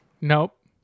Nope